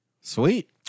Sweet